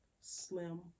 slim